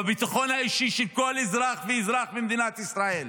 בביטחון האישי של כל אזרח ואזרח במדינת ישראל.